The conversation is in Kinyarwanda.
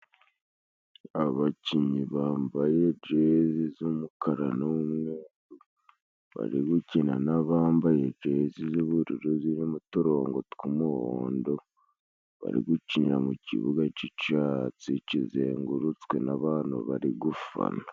Abakinnyi bambaye jezi z'umukara n'umweru bari gukina n'abambaye jezi z'ubururu zirimo uturongo tw'umuhondo, bari gukinira mu cibuga c'icatsi cizengurutswe n'abantu bari gufana.